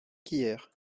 qu’hier